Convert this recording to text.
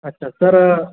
अच्छा तर